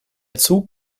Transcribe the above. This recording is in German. zug